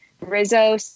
Rizzo